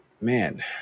man